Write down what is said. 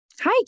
Hi